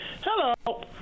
Hello